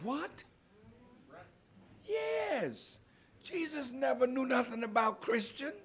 what he says jesus never knew nothing about christian